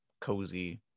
cozy